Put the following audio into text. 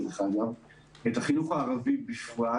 דרך אגב את החינוך הערבי בפרט,